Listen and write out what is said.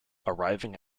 arriving